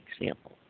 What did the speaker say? example